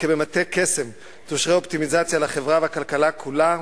וכבמטה קסם תושרה אופטימיזציה על החברה והכלכלה כולה,